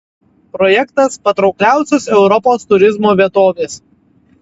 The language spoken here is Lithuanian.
projektas patraukliausios europos turizmo vietovės